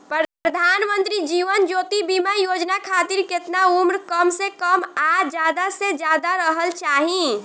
प्रधानमंत्री जीवन ज्योती बीमा योजना खातिर केतना उम्र कम से कम आ ज्यादा से ज्यादा रहल चाहि?